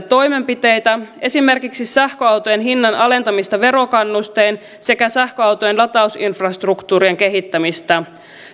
toimenpiteitä esimerkiksi sähköautojen hinnan alentamista verokannustein sekä sähköautojen latausinfrastruktuurin kehittämistä